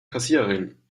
kassiererin